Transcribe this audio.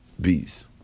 bees